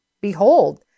Behold